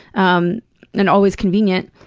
um and always convenient.